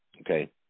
Okay